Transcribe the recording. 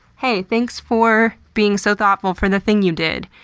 hey, thanks for being so thoughtful for the thing you did